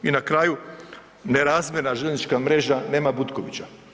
I na kraju nerazvijena željeznička mreža, nema Butkovića.